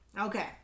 Okay